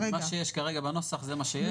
מה שיש כרגע בנוסח זה מה שיש.